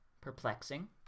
perplexing